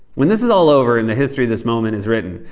when this is all over and the history of this moment is written,